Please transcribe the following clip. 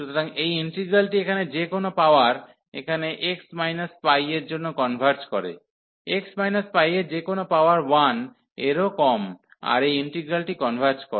সুতরাং এই ইন্টিগ্রালটি এখানে যে কোনও পাওয়ার এখানে x π এর জন্য কনভার্জ করে x π এর এখানে যেকোনো পাওয়ার 1 এরও কম আর এই ইন্টিগ্রালটি কনভার্জ করে